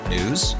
News